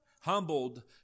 Humbled